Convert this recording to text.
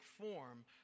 form